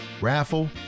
raffle